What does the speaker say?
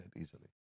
easily